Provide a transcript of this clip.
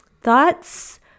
Thoughts